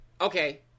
Okay